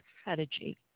strategy